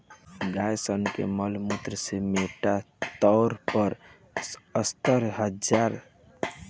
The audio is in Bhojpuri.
गाय सन के मल मूत्र के मोटा तौर पर सत्तर हजार लोग के नगरपालिका के बराबर नापल गईल बा